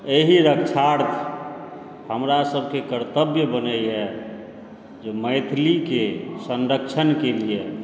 एहि रक्षार्थ हमरा सबके कर्तव्य बनैए जे मैथिलीके संरक्षणके लिए